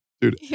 Dude